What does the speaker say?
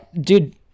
dude